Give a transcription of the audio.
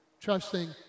trusting